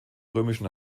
römischen